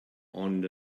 ond